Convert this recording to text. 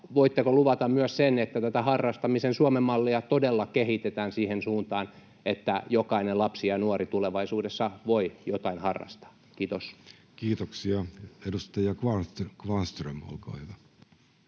voitteko luvata myös sen, että tätä harrastamisen Suomen mallia todella kehitetään siihen suuntaan, että jokainen lapsi ja nuori tulevaisuudessa voi jotain harrastaa? — Kiitos. [Speech 126] Speaker: